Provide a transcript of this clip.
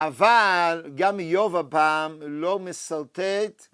אבל, גם איוב הפעם לא משרטט...